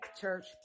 Church